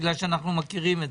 האגודה למלחמה בסרטן.